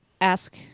ask